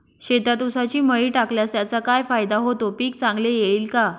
शेतात ऊसाची मळी टाकल्यास त्याचा काय फायदा होतो, पीक चांगले येईल का?